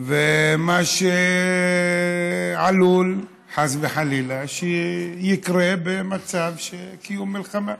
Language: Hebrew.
מה עלול וחס וחלילה יקרה במצב של קיום מלחמה.